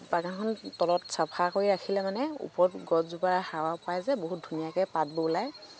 বাগানখন তলত চাফা কৰি ৰাখিলে মানে ওপৰত গছজোপাই হাৱা পাই যে বহুত ধুনীয়াকৈ পাতবোৰ ওলায়